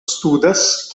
studas